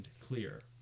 clear